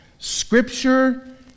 Scripture